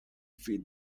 feed